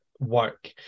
work